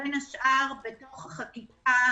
ובין השאר בתוך החקיקה,